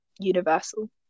universal